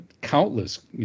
countless